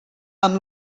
amb